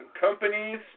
companies